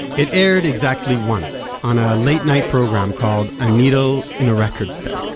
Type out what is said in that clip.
it aired exactly once on a late night program called, a needle in a record stack